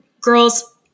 girls